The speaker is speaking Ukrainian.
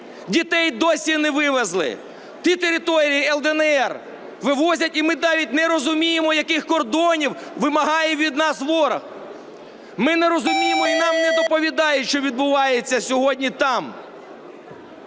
дітей і досі не вивезли? Ті території "Л/ДНР" вивозять, і ми навіть не розуміємо, яких кордонів вимагає від нас ворог. Ми не розуміємо і нам не доповідають, що відбувається сьогодні там.